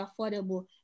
affordable